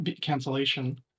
cancellation